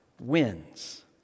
wins